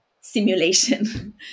simulation